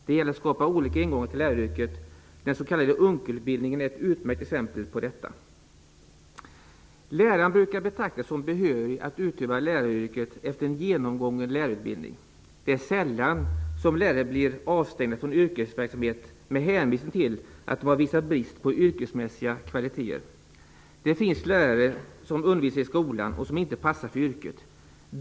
Det gäller att skapa ingångar till läraryrket. Den s.k. Unckel-utbildningen är ett utmärkt exempel på detta. Läraren brukar betraktas som behörig att utöva läraryrket efter en genomgången lärarutbildning. Det är sällan som lärare blir avstängda från yrkesverksamhet med hänvisning till att de har visat brist på yrkesmässiga kvaliteter. Det finns lärare som undervisar i skolan som inte passar för yrket.